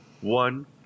one